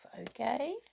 okay